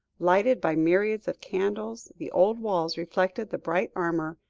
lighted by myriads of candles, the old walls reflected the bright armour,